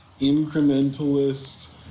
incrementalist